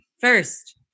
First